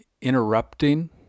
interrupting